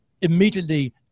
immediately